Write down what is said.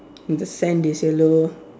and the sand is yellow